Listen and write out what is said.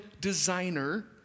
designer